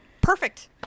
Perfect